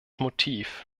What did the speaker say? motiv